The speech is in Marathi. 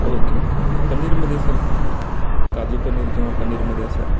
ओके ओके पनीरमध्ये सर काजू पनीर किंवा पनीरमध्ये असं